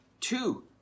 two